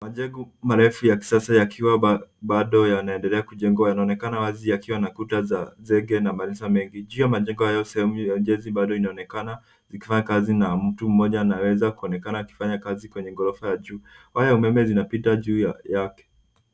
Majengo marefu ya kisasa yakiwa bado yanaendelea kujengwa yanaonekana wazi yakiwa na kuta za zege na madirisha mengi. Juu ya majengo hayo sehemu ya ujenzi bado inaonekana, likifanya kazi na mtu mmoja anaweza kuonekana akifanya kazi kwenye ghorofa ya juu. Waya ya umeme zinapita juu yake.